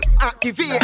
activate